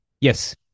Yes